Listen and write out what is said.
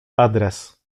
adres